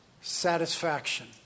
satisfaction